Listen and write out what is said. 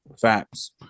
Facts